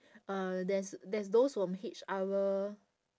uh there's there's those from H_R